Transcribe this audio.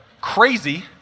Crazy